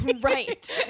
Right